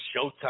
Showtime